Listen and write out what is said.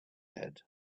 had